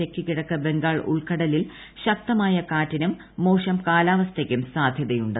തെക്ക് കിഴക്ക് ബംഗാൾ ഉൾക്കടലിൽ ശക്തമായ കാറ്റിനും മോശം കാലാവസ്ഥയ്ക്കും സാധ്യതയുണ്ട്